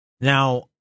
Now